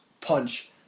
punch